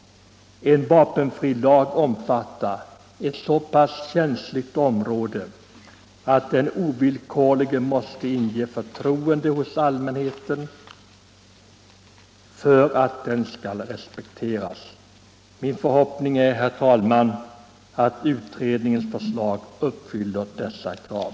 En vapenfrilag rör ett så känsligt område att den ovillkorligen måste inge förtroende hos allmänheten för att den skall respekteras. Min förhoppning är, herr talman, att utredningens förslag uppfyller detta krav.